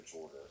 order